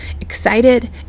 excited